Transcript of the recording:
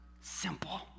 simple